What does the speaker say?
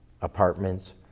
apartments